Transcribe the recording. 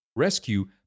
rescue